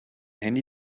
handy